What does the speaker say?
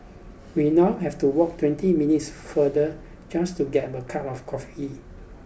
we now have to walk twenty minutes further just to get a cup of coffee